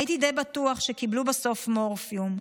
הייתי די בטוח שקיבלו בסוף מורפיום,